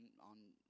on